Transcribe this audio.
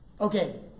Okay